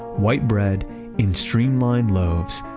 white bread in streamlined loaves,